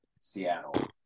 Seattle